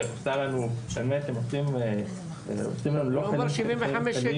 שעושה לנו באמת חיים לא קלים,